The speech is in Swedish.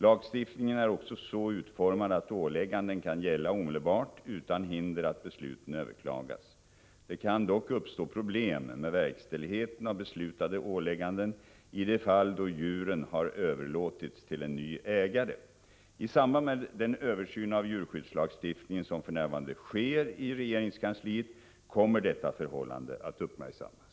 Lagstiftningen är också så utformad att ålägganden kan gälla omedelbart utan hinder att besluten överklagas. Det kan dock uppstå problem med verkställigheten av beslutade ålägganden i de fall då djuren har överlåtits till en ny ägare. I samband med den översyn av djurskyddslagstiftningen som för närvarande sker i regeringskansliet kommer detta förhållande att uppmärksammas.